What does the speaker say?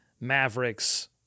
Mavericks